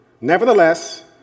Nevertheless